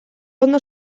ondo